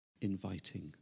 Inviting